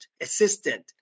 assistant